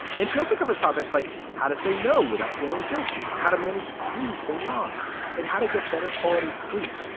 and she also covers topics like how to say no without feeling guilty and how to manage grief and loss and how to get better quality sleep.